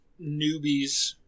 newbies